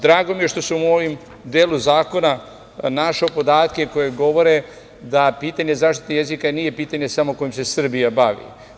Drago mi je što sam u ovom delu zakona našao podatke koji govore da pitanje zaštite jezika nije pitanje samo kojim se samo Srbija bavi.